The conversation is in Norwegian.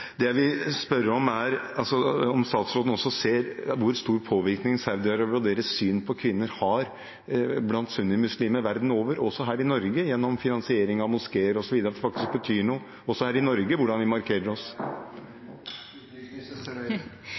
Det jeg vil spørre om, er: Ser statsråden hvor stor påvirkning Saudi-Arabia og deres syn på kvinner har på sunnimuslimer verden over, også her i Norge gjennom finansiering av moskeer osv., og at det faktisk betyr noe også her i Norge hvordan vi markerer